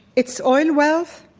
its oil wealth,